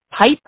pipe